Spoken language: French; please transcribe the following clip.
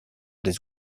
des